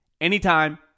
anytime